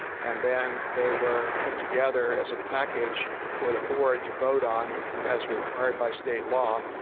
and then they were put together as a package for the board to vote on as required by state law,